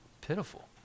pitiful